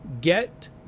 Get